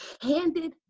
handed